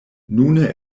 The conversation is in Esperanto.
nune